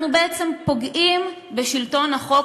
אנחנו בעצם פוגעים בשלטון החוק,